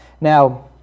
Now